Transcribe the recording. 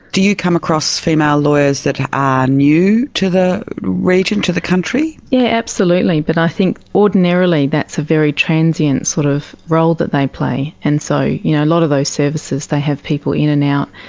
do you come across female lawyers that are new to the region, to the country? yes, yeah absolutely, but i think ordinarily that's a very transient sort of role that they play, and so, you know, a lot of those services, they have people in and out,